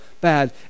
bad